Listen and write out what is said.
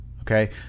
Okay